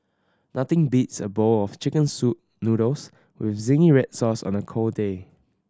nothing beats a bowl of chicken soup noodles with zingy red sauce on a cold day